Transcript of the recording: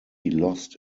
lost